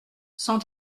cent